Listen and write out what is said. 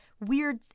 weird